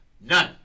None